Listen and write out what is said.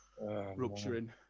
Rupturing